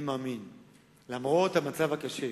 אני מאמין שלמרות המצב הכלכלי הקשה